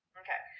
okay